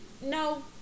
No